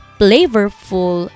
flavorful